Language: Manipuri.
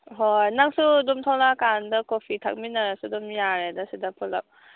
ꯍꯣꯏ ꯅꯪꯁꯨ ꯑꯗꯨꯝ ꯊꯣꯛꯂꯛ ꯀꯥꯟꯗ ꯀꯣꯐꯤ ꯊꯛꯃꯤꯟꯅꯔꯁꯤ ꯑꯗꯨꯝ ꯌꯥꯔꯦꯗ ꯁꯤꯗ ꯄꯨꯂꯞ